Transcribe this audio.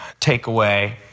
takeaway